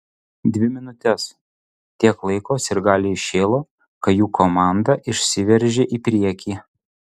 dvi minutes tiek laiko sirgaliai šėlo kai jų komanda išsiveržė į priekį